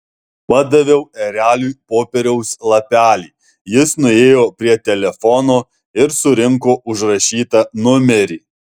padaviau ereliui popieriaus lapelį jis nuėjo prie telefono ir surinko užrašytą numerį